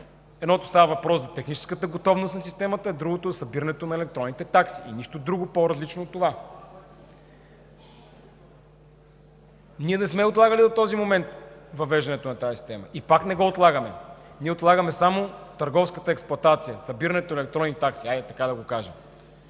едното е въпрос за техническата готовност на системата, другото е за събирането на електронните такси и нищо друго по-различно от това. Ние не сме отлагали до този момент въвеждането на тази система и пак не го отлагаме. Отлагаме, така да кажем, само търговската експлоатация, събирането на електронни такси. По договор